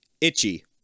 Itchy